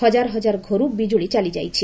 ହଜାରହଜାର ଘରୁ ବିକୁଳି ଚାଲିଯାଇଛି